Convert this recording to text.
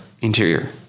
interior